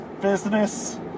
business